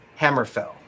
Hammerfell